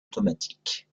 automatique